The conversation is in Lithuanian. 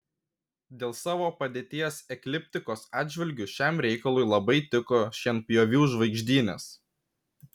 dėl savo padėties ekliptikos atžvilgiu šiam reikalui labai tiko šienpjovių žvaigždynas